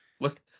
Look